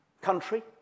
country